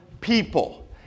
people